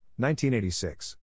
1986